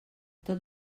tot